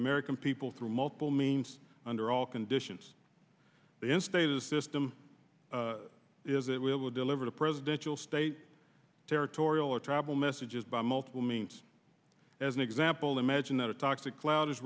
american people through multiple means under all conditions the instate a system is it will deliver the presidential state territorial or travel messages by multiple means as an example imagine that a toxic cloud is